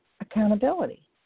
accountability